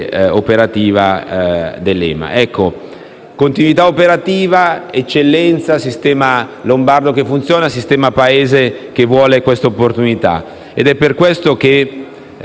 Continuità operativa, eccellenza, sistema lombardo che funziona e sistema Paese che vuole questa opportunità: è per questo che è importante portare EMA a